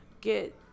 get